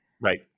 Right